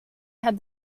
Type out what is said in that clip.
had